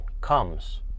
comes